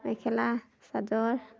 mekhela chador